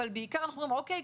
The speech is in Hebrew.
אבל בעיקר אנחנו אומרים אוקיי,